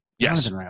Yes